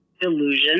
delusion